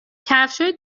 کفشهای